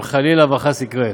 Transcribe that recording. אם חלילה וחס יקרה.